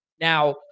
now